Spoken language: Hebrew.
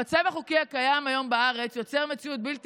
המצב החוקי הקיים היום בארץ יוצר מציאות בלתי